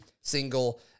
single